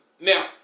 Now